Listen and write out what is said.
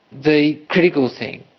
the critical thing,